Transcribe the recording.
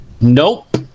Nope